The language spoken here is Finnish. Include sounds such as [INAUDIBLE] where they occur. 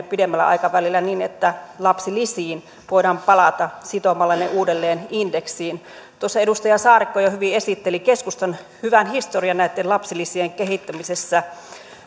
[UNINTELLIGIBLE] pidemmällä aikavälillä niin että lapsilisiin voidaan palata sitomalla ne uudelleen indeksiin tuossa edustaja saarikko jo hyvin esitteli keskustan hyvän historian näitten lapsilisien kehittämisessä